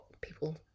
people